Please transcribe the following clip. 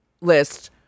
list